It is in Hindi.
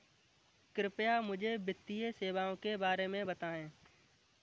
कृपया मुझे वित्तीय सेवाओं के बारे में बताएँ?